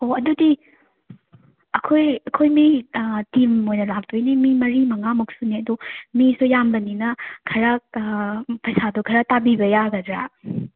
ꯑꯣ ꯑꯗꯨꯗꯤ ꯑꯩꯈꯣꯏ ꯑꯩꯈꯣꯏ ꯃꯤ ꯇꯤꯝ ꯑꯣꯏꯅ ꯂꯥꯛꯇꯣꯏꯅꯤ ꯃꯤ ꯃꯔꯤ ꯃꯉꯥꯃꯨꯛ ꯁꯨꯅꯤ ꯑꯗꯣ ꯃꯤꯁꯨ ꯌꯥꯝꯕꯅꯤꯅ ꯈꯔ ꯄꯩꯁꯥꯗꯣ ꯈꯔ ꯇꯥꯕꯤꯕ ꯌꯥꯒꯗ꯭ꯔꯥ